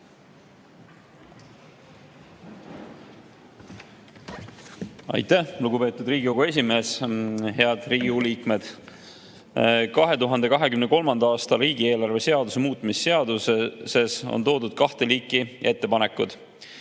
Aitäh, lugupeetud Riigikogu esimees! Head Riigikogu liikmed! 2023. aasta riigieelarve seaduse muutmise seaduses on toodud kahte liiki ettepanekud: